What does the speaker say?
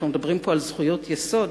אנחנו מדברים פה על זכויות יסוד.